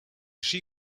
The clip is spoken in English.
she